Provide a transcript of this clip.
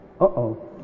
Uh-oh